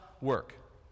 work